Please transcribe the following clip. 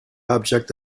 object